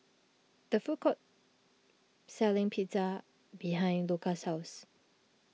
the food court selling Pizza behind Luka's house